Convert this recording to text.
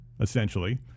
essentially